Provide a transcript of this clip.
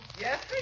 Yes